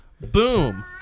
Boom